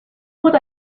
what